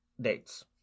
dates